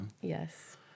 Yes